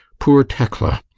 poor tekla!